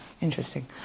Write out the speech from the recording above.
Interesting